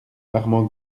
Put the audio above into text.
armand